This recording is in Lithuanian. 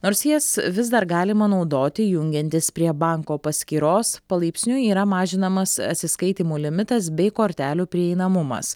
nors jas vis dar galima naudoti jungiantis prie banko paskyros palaipsniui yra mažinamas atsiskaitymų limitas bei kortelių prieinamumas